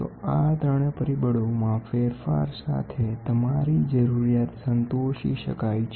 તો આ ત્રણે પરિબળો માં ફેરફાર સાથે તમારી જરૂરિયાત સંતોષી શકાય છે